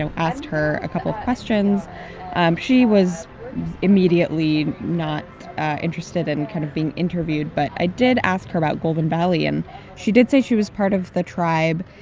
and asked her a couple of questions um she was immediately not interested in kind of being interviewed. but i did ask her about golden valley, and she did say she was part of the tribe,